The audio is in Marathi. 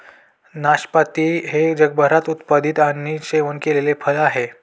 नाशपाती हे जगभरात उत्पादित आणि सेवन केलेले फळ आहे